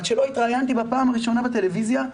עד שלא התראיינתי בפעם הראשונה בטלוויזיה,